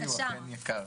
בבקשה.